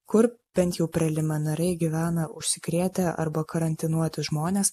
kur bent jau preliminariai gyvena užsikrėtę arba karantinuoti žmonės